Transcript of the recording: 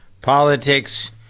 politics